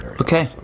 Okay